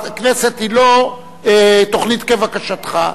הכנסת היא לא תוכנית כבקשתך.